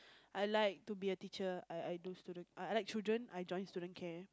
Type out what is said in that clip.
I like to be a teacher I I do student I I like children I join student care